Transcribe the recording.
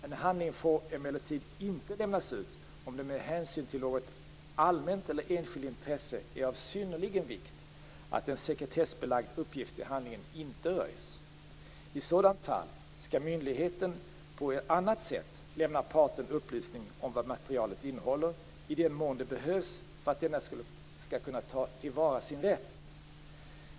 En handling får emellertid inte lämnas ut om det med hänsyn till något allmänt eller enskilt intresse är av synnerlig vikt att en sekretessbelagd uppgift i handlingen inte röjs. I sådant fall skall myndigheten på annat sätt lämna parten upplysning om vad materialet innehåller, i den mån det behövs för att denne skall kunna tillvarata sin rätt.